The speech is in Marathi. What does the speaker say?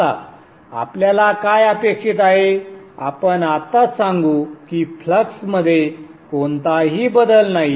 आता आपल्याला काय अपेक्षित आहे आपण आत्ताच सांगू की फ्लक्स मध्ये कोणताही बदल नाही